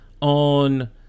on